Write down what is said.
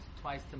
twice